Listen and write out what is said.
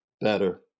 better